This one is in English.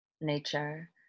nature